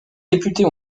députés